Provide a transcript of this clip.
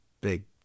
big